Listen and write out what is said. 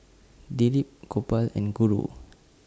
Dilip Gopal and Guru